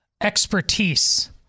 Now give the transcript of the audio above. expertise